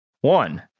One